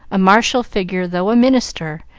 a martial figure though a minister,